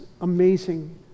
amazing